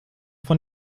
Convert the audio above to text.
von